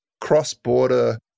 cross-border